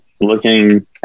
looking